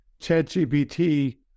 ChatGPT